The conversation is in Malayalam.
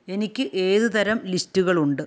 എനിക്ക് ഏതുതരം ലിസ്റ്റുകളുണ്ട്